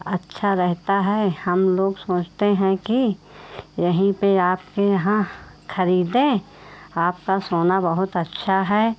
अच्छा रहता है हम लोग सोचते हैं कि यहीं पर आपके यहाँ ख़रीदें आपका सोना बहुत अच्छा है